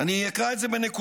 אני אקרא את זה בנקודות: